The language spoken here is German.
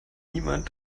niemand